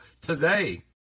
today